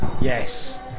Yes